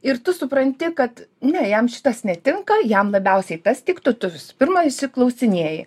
ir tu supranti kad ne jam šitas netinka jam labiausiai tas tiktų tu pirma išsiklausinėji